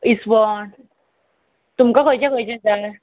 इस्वण तुमकां खंयचें खंयचें जाय